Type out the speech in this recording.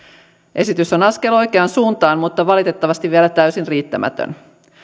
esitys on askel oikeaan suuntaan mutta valitettavasti vielä täysin riittämätön